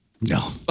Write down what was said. No